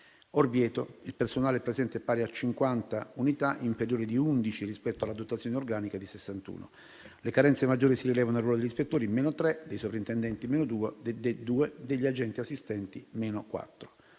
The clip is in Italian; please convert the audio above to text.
Orvieto il personale presente è pari a 50 unità, inferiore di 11 unità rispetto alla dotazione organica di 61. Le carenze maggiori si rilevano nl ruolo degli ispettori (-3), dei sovrintendenti (-2), degli agenti-assistenti (-4).